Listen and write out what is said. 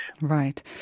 Right